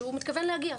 שהוא מתכוון להגיע.